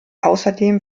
außerdem